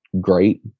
great